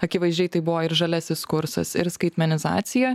akivaizdžiai tai buvo ir žaliasis kursas ir skaitmenizacija